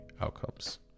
outcomes